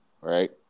right